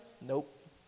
Nope